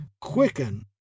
quicken